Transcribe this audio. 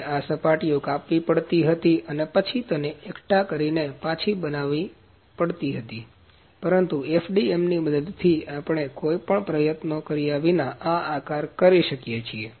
આપણે આ સપાટીઓ કાપવી પડી હતી અને પછી તેને એકઠા કરીને પછી તેને બનાવવી હતી પરંતુ FDMની મદદથી આપણે કોઈ પણ પ્રયત્નો કર્યા વિના આ આકાર કરી શકીએ છીએ